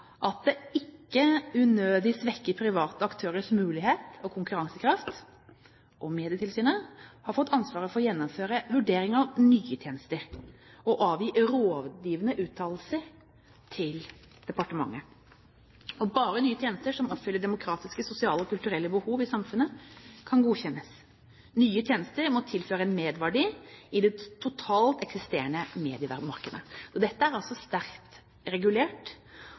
at det ikke unødig svekker private aktørers muligheter og konkurransekraft. Medietilsynet har fått ansvaret for å gjennomføre vurderingen av nye tjenester og å avgi rådgivende uttalelser til departementet. Bare nye tjenester som oppfyller demokratiske, sosiale og kulturelle behov i samfunnet, kan godkjennes. Nye tjenester må tilføre en merverdi i det totale eksisterende mediemarkedet. Dette er altså sterkt regulert,